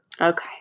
Okay